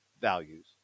values